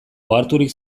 oharturik